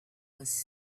was